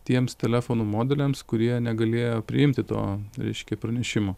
tiems telefonų modeliams kurie negalėjo priimti to reiškia pranešimo